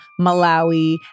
Malawi